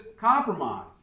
compromise